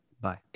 bye